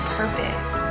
purpose